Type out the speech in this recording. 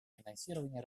финансирования